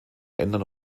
ändern